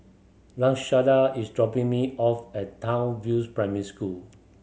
Lashanda is dropping me off at Townsville Primary School